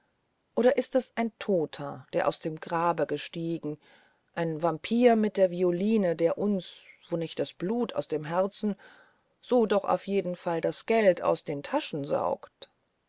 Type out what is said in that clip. oder ist es ein toter der aus dem grabe gestiegen ein vampir mit der violine der uns wo nicht das blut aus dem herzen doch auf jeden fall das geld aus den taschen saugt